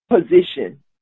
position